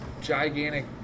gigantic